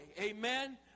Amen